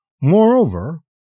Moreover